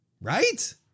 right